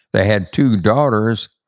they had two daughters.